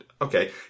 Okay